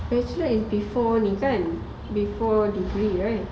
bachelor is before ni kan before degree right